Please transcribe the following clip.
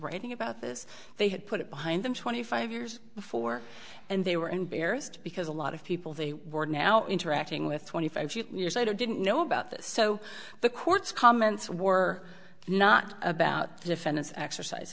writing about this they had put it behind them twenty five years before and they were embarrassed because a lot of people they were now interacting with twenty five years later didn't know about this so the court's comments were not about the defendant's exercise